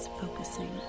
focusing